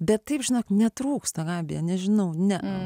bet taip žinok netrūksta gabija nežinau ne